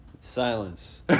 Silence